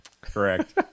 Correct